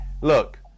look